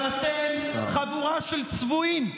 אבל אתם חבורה של צבועים.